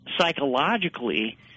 psychologically